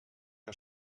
què